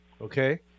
Okay